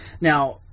Now